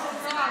זוהר,